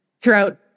throughout